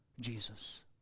Jesus